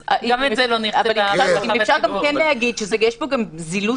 אז גם את זה לא נרצה --- אפשר להגיד שיש פה גם זילות